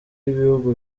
ibihugu